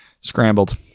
scrambled